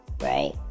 right